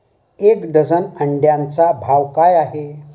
एक डझन अंड्यांचा भाव काय आहे?